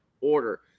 order